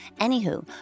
Anywho